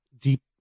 deep